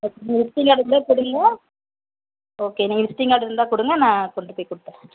okay நீங்கள் visiting card இருந்தால் கொடுங்க ஓகே நீங்கள் விஸ்டிங் கார்டு இருந்தால் கொடுங்க நான் கொண்டு போய் கொடுத்துறேன்